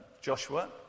Joshua